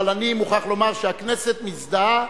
אבל אני מוכרח לומר שהכנסת מזדהה,